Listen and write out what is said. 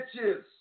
bitches